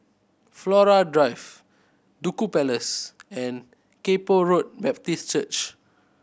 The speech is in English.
Flora Drive Duku Place and Kay Poh Road Baptist Church